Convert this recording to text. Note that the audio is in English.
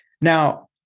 Now